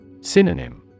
Synonym